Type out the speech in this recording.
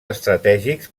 estratègics